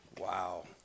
Wow